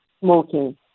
smoking